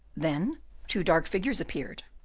then two dark figures appeared.